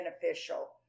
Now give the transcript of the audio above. beneficial